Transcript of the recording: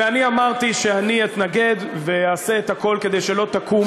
אני אמרתי שאתנגד ואעשה את הכול כדי שלא תקום